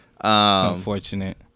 unfortunate